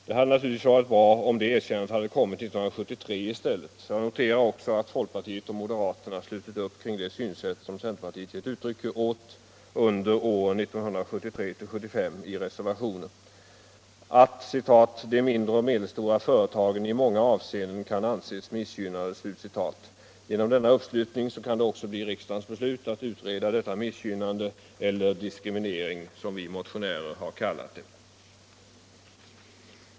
Det hade varit bra om det erkännandet hade kommit 1973 i stället. Jag noterar också att folkpartiet och moderaterna i reservationen har slutit upp kring det synsätt som centerpartiet har givit uttryck åt under åren 1973-1975, att ”de mindre och medelstora företagen i många avseenden kan anses missgynnade”. Genom denna uppslutning kan det också bli riksdagens beslut att utreda detta missgynnande — eller diskriminering, som vi motionärer har kallat det.